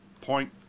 Point